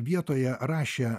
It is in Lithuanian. vietoje rašė